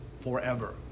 forever